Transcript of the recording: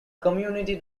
community